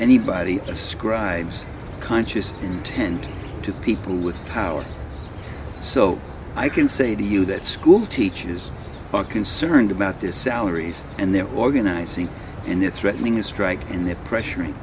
anybody ascribes conscious intent to people with power so i can say to you that school teaches but concerned about this salaries and they're organizing and they're threatening a strike in the pressuring